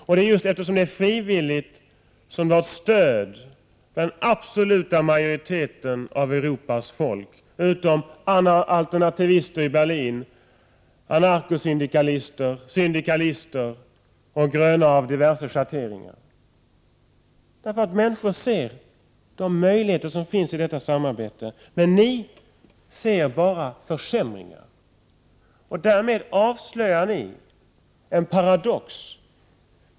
Och det är just på grund av att det är frivilligt som det stöds av den absoluta majoriteten av Europas folk utom av alternativister i Berlin, anarkosyndikalister, syndikalister och gröna av 115 Prot. 1988/89:129 diverse schatteringar. Människor ser nämligen möjligheterna i detta samar bete. Men ni miljöpartister ser bara försämringar. Därmed avslöjar ni en paradox.